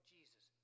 Jesus